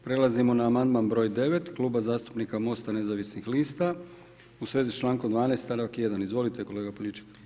Prelazimo na amandman broj 9 Kluba zastupnika MOST-a nezavisnih lista u svezi s člankom 12. stavak 1. Izvolite kolega Poljičak.